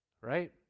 right